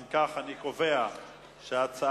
אנחנו ממשיכים בסדר-היום, חברי חברי הכנסת.